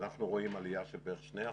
אנחנו רואים עלייה של בערך 2%,